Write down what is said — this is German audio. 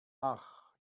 ach